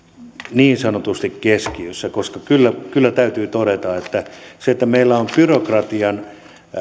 niin sanotusti keskiössä koska kyllä kyllä täytyy todeta että meillä on byrokratian